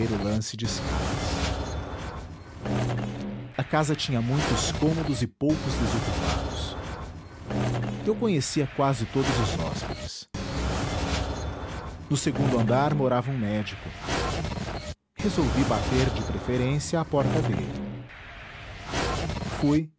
de escadas a casa tinha muitos cômodos e poucos desocupados eu conhecia quase todos os hóspedes no segundo andar morava um médico resolvi bater de preferência à porta dele fui